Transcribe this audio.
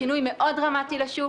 זה שינוי מאוד דרמטי לשוק.